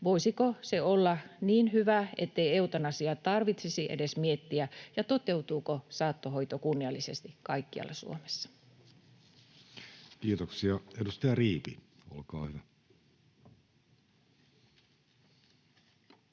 Voisiko se olla niin hyvä, ettei eutanasiaa tarvitsisi edes miettiä, ja toteutuuko saattohoito kunniallisesti kaikkialla Suomessa? [Speech 139] Speaker: